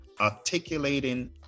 articulating